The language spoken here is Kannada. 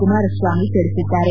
ಕುಮಾರಸ್ವಾಮಿ ತಿಳಿಸಿದ್ದಾರೆ